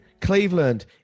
Cleveland